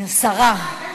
שרה.